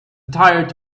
tired